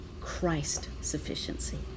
Christ-sufficiency